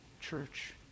church